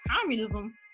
communism